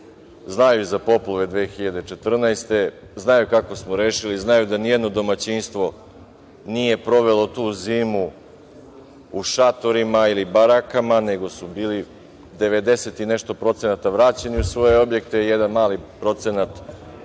Znaju i za poplave 2014. godine. Znaju kako smo rešili, znaju da ni jedno domaćinstvo nije provelo tu zimu u šatorima ili barakama, nego su bili devedeset i nešto posto vraćeni u svoje objekte, a jedan mali procenat